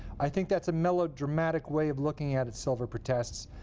i think that's a melodramatic way of looking at it, silver protests.